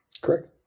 Correct